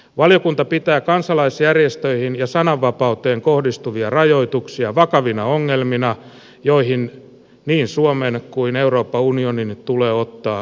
valiokunta pitää kansalaisjärjestöihin ja sananvapauteen kohdistuvia rajoituksia vakavina ongelmina joihin niin suomen kuin euroopan unionin tulee ottaa johdonmukaisesti kantaa